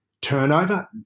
turnover